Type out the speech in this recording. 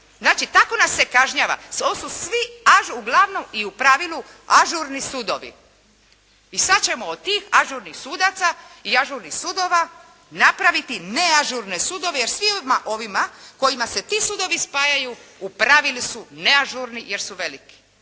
Znači tako nas se kažnjava. To su svi, uglavnom i u pravilu ažurni sudovi. I sad ćemo od tih ažurnih sudaca i ažurnih sudova napraviti neažurne sudove jer svim ovima kojima se ti sudovi spajaju u pravilu su neažurni jer su veliki.